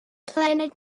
planet